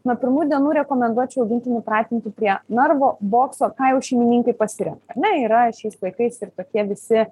nuo pirmų dienų rekomenduočiau augintinį pratinti prie narvo bokso ką jau šeimininkai pasirenka ar ne yra šiais laikais ir tokie visi